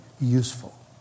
useful